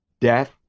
death